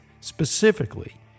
specifically